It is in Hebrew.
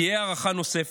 תהיה הארכה נוספת.